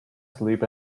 sleep